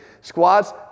Squats